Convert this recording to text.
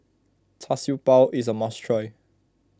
Char Siew Bao is a must try